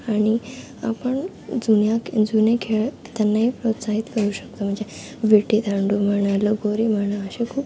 आणि आपण जुन्या जुने खेळ त्यांनाही प्रोत्साहित करू शकतो म्हणजे विटीदांडू म्हणा लगोरी म्हणा असे खूप